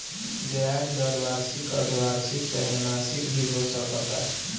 ब्याज दर वार्षिक, अर्द्धवार्षिक चाहे मासिक भी हो सकता